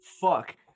fuck